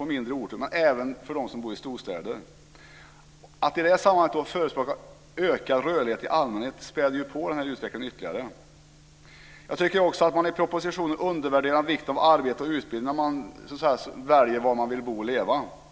i mindre orter och för dem som bor i storstäder. Att i det sammanhanget förespråka ökad rörlighet i allmänhet späder på denna utveckling ytterligare. Jag tycker att man i propositionen undervärderar vikten av arbete och utbildning för dem som vill välja var de vill bo och leva.